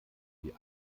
die